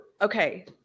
okay